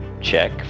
check